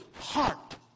heart